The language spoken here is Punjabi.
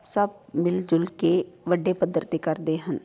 ਸਭ ਮਿਲ ਜੁਲ ਕੇ ਵੱਡੇ ਪੱਧਰ 'ਤੇ ਕਰਦੇ ਹਨ